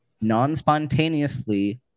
non-spontaneously